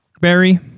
Barry